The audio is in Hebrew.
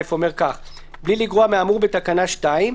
בלי לגרוע מהאמור בתקנה 2,